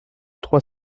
trois